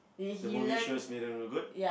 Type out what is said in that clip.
the movie shows good